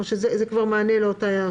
או שזה כבר מענה לאותה הערה?